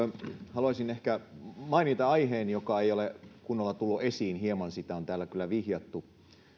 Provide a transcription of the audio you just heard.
haluaisin ehkä mainita aiheen joka ei ole kunnolla tullut esiin hieman siitä on täällä kyllä vihjattu